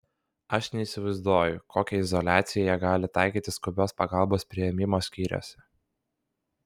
aš neįsivaizduoju kokią izoliaciją jie gali taikyti skubios pagalbos priėmimo skyriuose